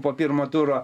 po pirmo turo